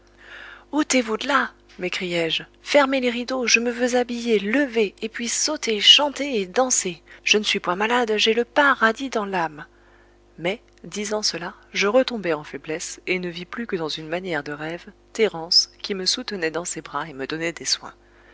ôtez-vous de là m'écriai-je fermez les rideaux je me veux habiller lever et puis sauter chanter et danser je ne suis point malade j'ai le paradis dans l'âme mais disant cela je retombai en faiblesse et ne vis plus que dans une manière de rêve thérence qui me soutenait dans ses bras et me donnait des soins